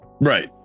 Right